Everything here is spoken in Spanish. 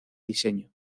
diseño